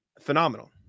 phenomenal